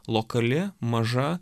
lokali maža